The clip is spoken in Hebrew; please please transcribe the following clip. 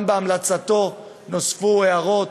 ואכן, גם בהמלצתו נוספו הערות.